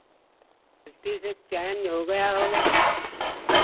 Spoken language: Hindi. गलती से चेंज हो गया होगा